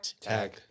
tag